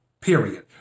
period